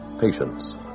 patience